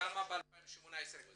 כמה ב-2018.